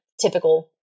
typical